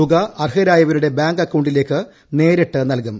തുക അർഹരായവരുടെ ബാങ്ക് അക്കൌണ്ടിലേക്ക് നേരിട്ട് നല്കും